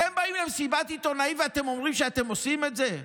אתם באים למסיבת עיתונאים ואתם אומרים שאתם עושים את זה?